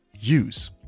use